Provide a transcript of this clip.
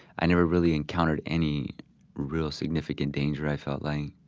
i never really encountered any real significant danger. i felt like,